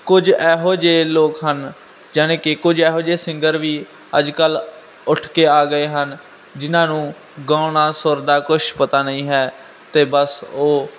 ਕੁਝ ਇਹੋ ਜਿਹੇ ਲੋਕ ਹਨ ਜਾਨੀ ਕਿ ਕੁਝ ਇਹੋ ਜਿਹੇ ਸਿੰਗਰ ਵੀ ਅੱਜ ਕੱਲ੍ਹ ਉੱਠ ਕੇ ਆ ਗਏ ਹਨ ਜਿਨਾਂ ਨੂੰ ਗਾਉਣਾ ਸੁਰ ਦਾ ਕੁਛ ਪਤਾ ਨਹੀਂ ਹੈ ਅਤੇ ਬਸ ਉਹ